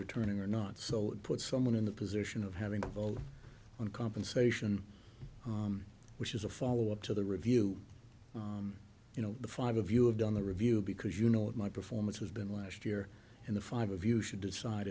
returning or not so put someone in the position of having to vote on compensation which is a follow up to the review you know the five of you have done the review because you know what my performance has been last year in the five of you should decide